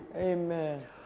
Amen